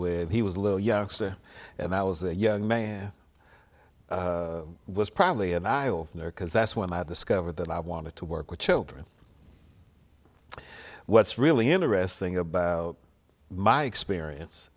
when he was a little youngster and i was a young man was probably an eye opener because that's when i discovered that i wanted to work with children what's really interesting about my experience